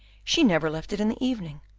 she never left it in the evening.